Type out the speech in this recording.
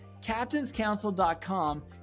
captainscouncil.com